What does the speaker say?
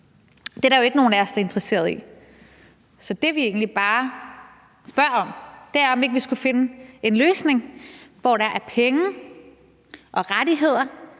Det er der jo ikke nogen af os der er interesseret i. Så det, vi egentlig bare spørger om, er, om ikke vi skulle finde en løsning, hvor der er penge og rettigheder